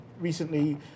recently